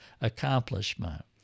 accomplishment